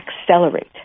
accelerate